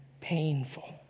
painful